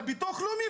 לביטוח לאומי,